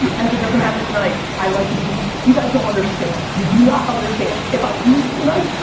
and if it doesn't happen tonight, i like it even, you guys don't understand. you do not understand. if i lose tonight,